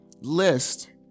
list